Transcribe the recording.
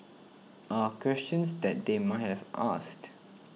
are questions that they might have asked